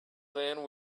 then